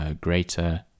greater